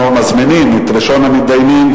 אנחנו מזמינים את ראשון המתדיינים,